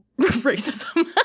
racism